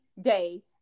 day